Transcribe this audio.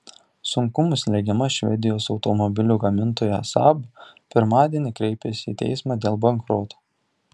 sunkumų slegiama švedijos automobilių gamintoja saab pirmadienį kreipėsi į teismą dėl bankroto